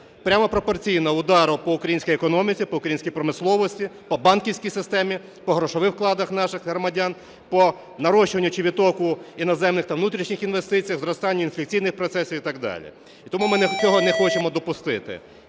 прямо пропорційна удару по українській економіці, по українській промисловості, по банківській системі, по грошових вкладах наших громадян, по нарощуванню чи відтоку іноземних та внутрішній інвестицій, зростанню інфляційних процесів і так далі. І тому ми цього не хочемо допустити.